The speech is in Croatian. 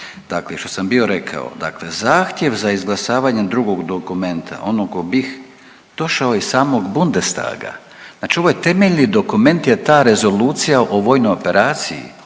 dakle, što sam bio rekao, dakle zahtjev za izglasavanjem drugog dokumenta, onog o BiH došao je iz samog Bundestaga, znači ovo je temeljni dokument je ta rezolucija o vojnoj operaciji